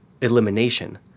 elimination